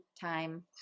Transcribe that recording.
time